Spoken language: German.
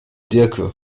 diercke